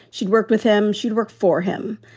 she'd worked with him. she'd worked for him.